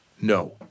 no